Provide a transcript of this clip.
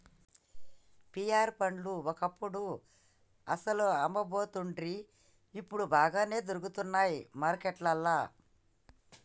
pear పండ్లు ఒకప్పుడు అస్సలు అమ్మపోతుండ్రి ఇప్పుడు బాగానే దొరుకుతానయ్ మార్కెట్లల్లా